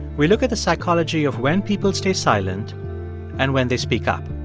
we look at the psychology of when people stay silent and when they speak up.